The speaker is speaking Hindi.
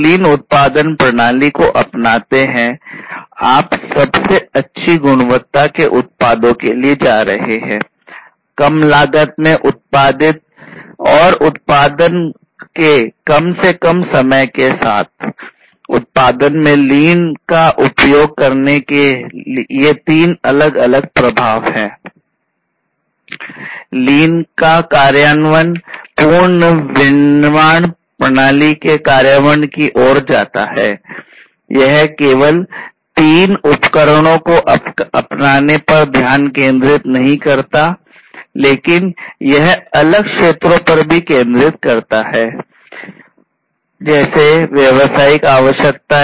लीन का उपयोग करने के ये तीन अलग अलग प्रभाव है